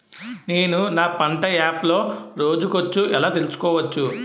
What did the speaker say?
నేను నా పంట యాప్ లో రోజు ఖర్చు ఎలా తెల్సుకోవచ్చు?